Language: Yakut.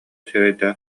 сирэйдээх